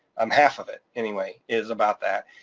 um half of it anyway, is about that,